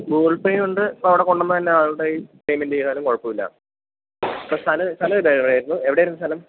Google പേയുണ്ട് ഇപ്പോള് അവിടെ കൊണ്ടുത്തരുന്ന ആളുടെ കയ്യില് പേയ്മെൻറ് ചെയ്താലും കുഴപ്പമില്ല ഇപ്പം സ്ഥലം എവിടെയായിരുന്നു എവിടെയായിരുന്നു സ്ഥലം